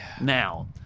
now